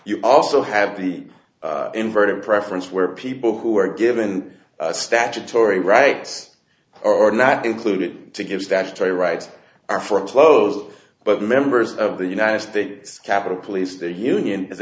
you also have the inverted preference where people who are given statutory rights are not included to give statutory rights are for clothes but members of the united states capitol police their union i